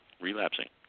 relapsing